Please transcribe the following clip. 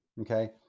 okay